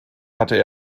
hatte